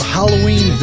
Halloween